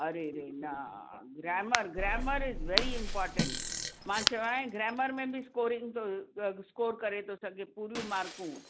अरे अरे न grammar grammar is very important मां चवाएं ग्रामर में बि स्कोरिंग स्कोर करे थो सघे पूरियूं मार्कूं